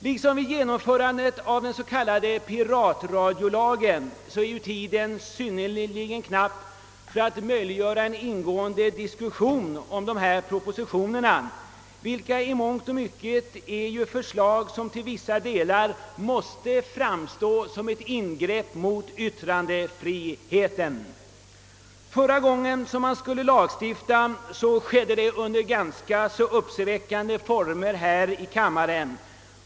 Liksom vid genomförandet av den s.k. piratradiolagen är tiden alltför knapp för att möjliggöra en ingående diskussion om föreliggande propositioner, vilka i mångt och mycket innehåller förslag, som till vissa delar måste framstå som ett ingrepp mot rådande frihet. Förra gången man skulle lagstifta skedde det under ganska uppseendeväckande former här i kammaren.